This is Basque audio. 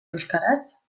euskaraz